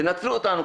תנצלו אותנו,